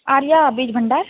आर्या बीज भण्डार